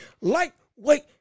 lightweight